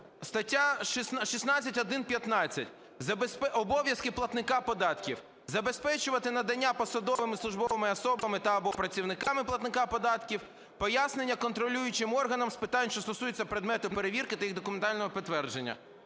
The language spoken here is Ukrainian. Стаття 16.1.15 "Обов'язки платника податків. Забезпечувати надання посадовими (службовими) особами та/або працівниками платника податків пояснення контролюючим органам з питань, що стосуються предмету перевірки та їх документального підтвердження".